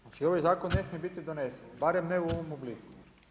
Znači ovaj zakon ne smije biti donesen barem ne u ovome obliku.